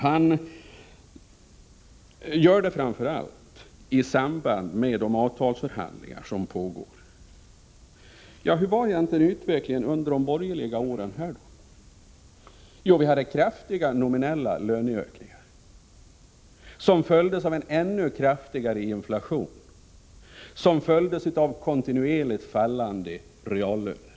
Han gör det framför allt beträffande de avtalsförhandlingar som pågår. Hur var egentligen utvecklingen under de borgerliga åren? Jo, vi hade kraftiga nominella löneökningar, som följdes av en ännu kraftigare inflation, som följdes av kontinuerligt fallande reallöner.